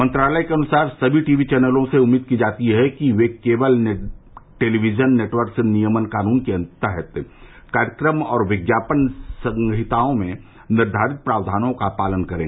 मंत्रालय के अनुसार समी टी यी चैनलों से उम्मीद की जाती है कि वे केबल टेलीविजन नेटवर्क्स नियमन कानून के तहत कार्यक्रम और विज्ञापन संहिताओं में निर्धारित प्रावधानों का पालन करें